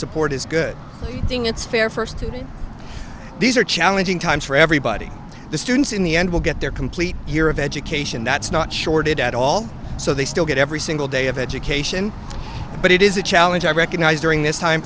support is good thing it's fair for us to do these are challenging times for everybody the students in the end will get their complete year of education that's not shorted at all so they still get every single day of education but it is a challenge i recognize during this time